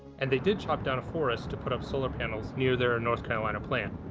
and they did chop down a forest to put up solar panels near their and north carolina plant.